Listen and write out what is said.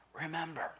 remember